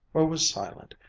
or was silent,